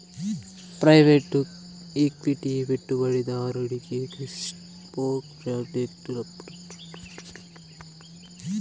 private equity పెట్టుబడిదారుడికి crypto ప్రాజెక్టులపై శానా ఇంట్రెస్ట్ వుండాది